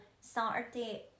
saturday